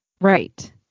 Right